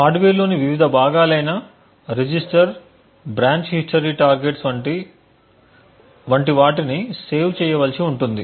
హార్డ్వేర్లోని వివిధ భాగాలైన register branch history targets వంటి వాటిని సేవ్ చేయవలసి ఉంటుంది